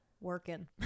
Working